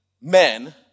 men